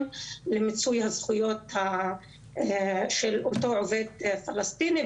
למיצוי הזכויות של אותו עובד פלסטיני.